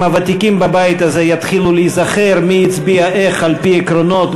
אם הוותיקים בבית הזה יתחילו להיזכר מי הצביע איך על-פי עקרונות,